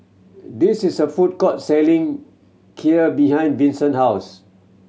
this is a food court selling Kheer behind Vinson house